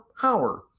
power